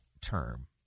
term